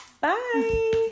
Bye